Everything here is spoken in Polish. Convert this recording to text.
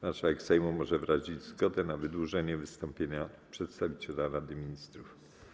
Marszałek Sejmu może wyrazić zgodę na wydłużenie wystąpienia przedstawiciela Rady Ministrów.